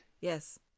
Yes